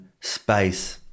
space